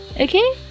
Okay